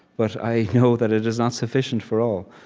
but i know that it is not sufficient for all,